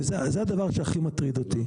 וזה הדבר שהכי מטריד אותי.